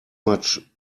much